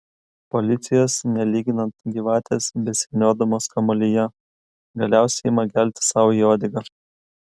policijos nelyginant gyvatės besivyniodamos kamuolyje galiausiai ima gelti sau į uodegą